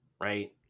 right